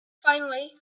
finally